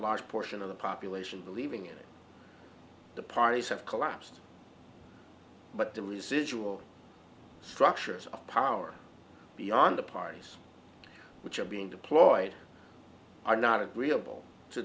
large portion of the population believing in the parties have collapsed but the residual structures of power beyond the parties which are being deployed are not agreeable to